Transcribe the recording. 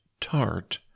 tart